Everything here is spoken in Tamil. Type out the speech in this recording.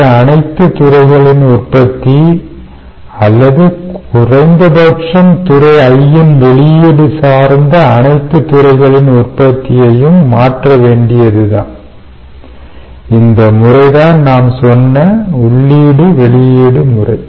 மற்ற அனைத்து துறைகளின் உற்பத்தி அல்லது குறைந்தபட்சம் துறை I இன் வெளியீடு சார்ந்த அனைத்து துறைகளின் உற்பத்தியையும் மாற்ற வேண்டியதுதான் இந்த முறை தான் நாம் சொன்ன உள்ளீடு வெளியீடு முறை